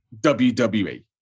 WWE